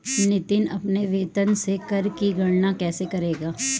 नितिन अपने वेतन से कर की गणना कैसे करेगा?